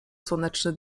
słoneczne